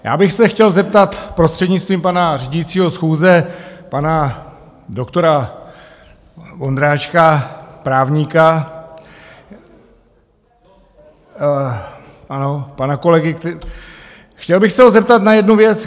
Já bych se chtěl zeptat prostřednictvím pana řídícího schůze pana doktora Vondráčka, právníka, ano, pana kolegy, chtěl bych se ho zeptat na jednu věc.